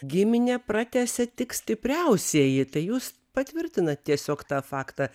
giminę pratęsia tik stipriausieji tai jūs patvirtinat tiesiog tą faktą